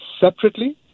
separately